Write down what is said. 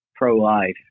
pro-life